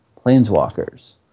planeswalkers